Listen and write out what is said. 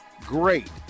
great